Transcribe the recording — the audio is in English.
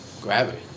Gravity